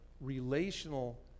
relational